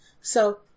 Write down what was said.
So